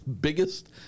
biggest